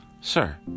Sir